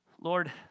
lord